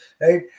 right